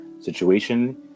situation